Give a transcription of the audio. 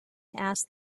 asked